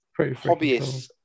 hobbyists